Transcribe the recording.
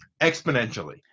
exponentially